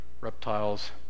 reptiles